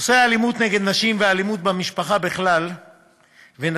נושאי האלימות נגד נשים ואלימות במשפחה בכלל ונשים